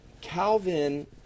Calvin